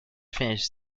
finished